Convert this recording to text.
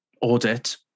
audit